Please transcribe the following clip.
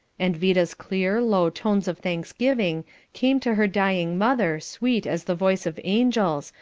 and vida's clear, low tones of thanksgiving came to her dying mother sweet as the voice of angels,